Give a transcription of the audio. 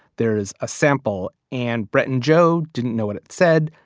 there is a sample and brett and joe didn't know what it said.